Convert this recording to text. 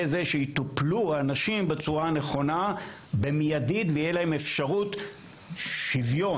זה שיטופלו האנשים בצורה הנכונה במיידית ויהיה להם אפשרות שוויון,